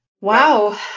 Wow